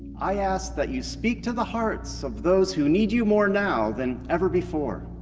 i ask that you speak to the hearts of those who need you more now than ever before.